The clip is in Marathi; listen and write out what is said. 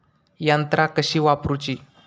यंत्रा कशी वापरूची?